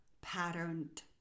patterned